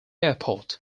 airport